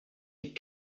est